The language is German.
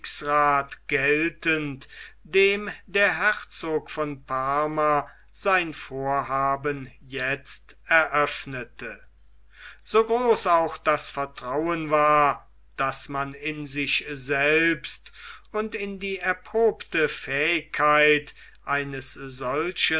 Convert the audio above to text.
geltend dem der herzog von parma sein vorhaben jetzt eröffnete so groß auch das vertrauen war das man in sich selbst und in die erprobte fähigkeit eines solchen